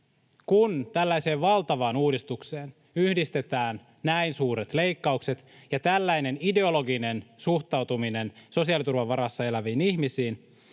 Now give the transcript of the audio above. kun tällaiseen valtavaan uudistukseen yhdistetään näin suuret leikkaukset ja tällainen ideologinen suhtautuminen sosiaaliturvan varassa eläviin ihmisiin,